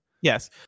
Yes